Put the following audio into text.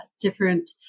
different